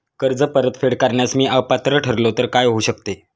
कर्ज परतफेड करण्यास मी अपात्र ठरलो तर काय होऊ शकते?